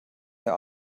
der